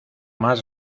más